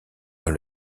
dans